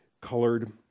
colored